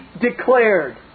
declared